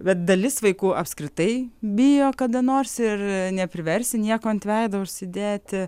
bet dalis vaikų apskritai bijo kada nors ir nepriversi nieko ant veido užsidėti